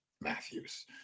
matthews